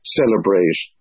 celebrate